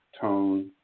tone